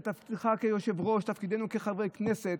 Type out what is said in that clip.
זה תפקידך כיושב-ראש, תפקידנו כחברי כנסת,